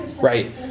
right